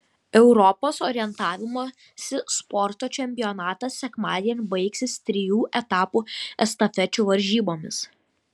europos orientavimosi sporto čempionatas sekmadienį baigsis trijų etapų estafečių varžybomis